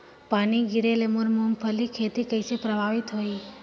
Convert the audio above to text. पानी गिरे ले मोर मुंगफली खेती कइसे प्रभावित होही?